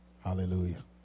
Hallelujah